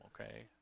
okay